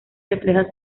refleja